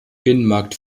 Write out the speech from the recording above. binnenmarkt